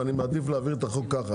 אז אני מעדיף להעביר את החוק ככה,